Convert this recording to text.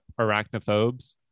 arachnophobes